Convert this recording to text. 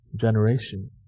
generation